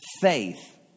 Faith